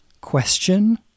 question